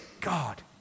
God